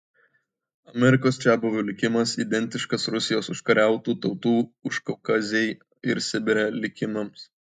amerikos čiabuvių likimas identiškas rusijos užkariautų tautų užkaukazėj ir sibire likimams